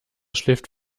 schläft